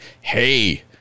hey